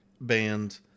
band